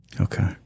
Okay